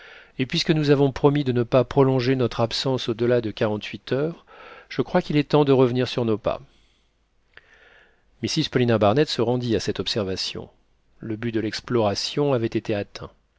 et puisque nous avons promis de ne pas prolonger notre absence au-delà de quarante-huit heures je crois qu'il est temps de revenir sur nos pas mrs paulina barnett se rendit à cette observation le but de l'exploration avait été atteint